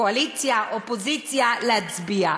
קואליציה, אופוזיציה, להצביע?